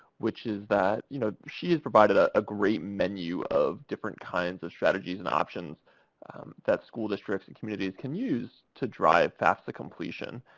which is that, you know, she has provided ah a great menu of different kinds of strategies and options that school districts and communities can use to drive fafsa completion.